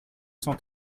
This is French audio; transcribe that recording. cent